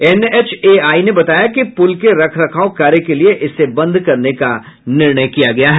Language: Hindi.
एनएचएआई ने बताया कि पुल के रख रखाव कार्य के लिए इसे बंद करने का निर्णय किया गया है